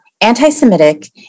anti-Semitic